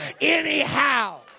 anyhow